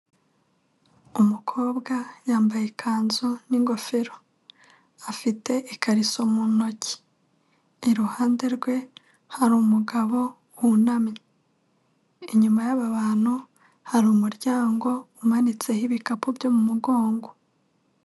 Umukobwa yambaye ikanzu n'ingofero, afite ikariso mu ntoki, iruhande rwe hari umugabo wunamye, inyuma y'aba bantu hari umuryango umanitseho ibikapu byo mu mugongo.